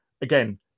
again